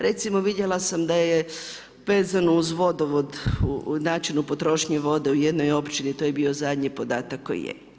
Recimo vidjela sam da je vezano uz vodovod o načinu potrošnje vode u jednoj općini to je bio zadnji podataka koji je.